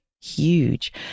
huge